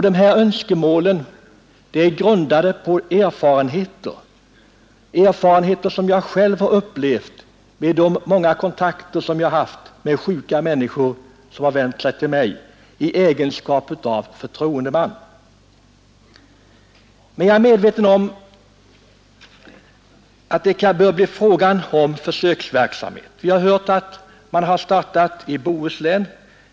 Dessa önskemål är grundade på erfarenheter som jag själv gjort vid de många kontakter jag haft med sjuka människor som vänt sig till mig i min egenskap av förtroendeman. Men jag är medveten om att det bör bli fråga om försöksverksamhet. Vi har redan hört att man startat i Bohuslän.